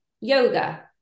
yoga